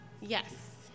yes